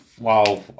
Wow